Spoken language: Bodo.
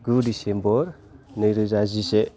गु दिसेम्बर नैरोजा जिसे